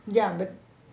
ya but